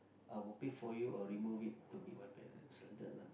I will pay for you or remove it